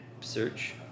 search